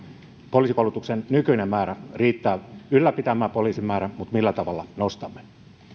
poliisikoulutuksen nykyinen määrä riittää ylläpitämään poliisin määrän mutta millä tavalla nostamme